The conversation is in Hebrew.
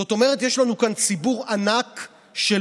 זאת אומרת שיש לנו כאן ציבור ענק של